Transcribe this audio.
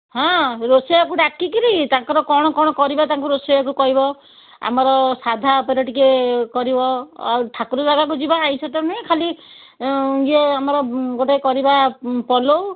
ହଁ ରୋଷେୟାକୁ ଡ଼ାକିକିରି ତାଙ୍କର କ'ଣ କ'ଣ କରିବା ତାଙ୍କୁ ରୋଷେୟାକୁ କହିବ ଆମର ସାଧା ଉପରେ ଟିକେ କରିବ ଆଉ ଠାକୁର ଜାଗାକୁ ଯିବା ଆଇଁଷ ତ ନୁହେଁ ଖାଲି ଇଏ ଆମର ଗୋଟେ କରିବା ପୁଲଉ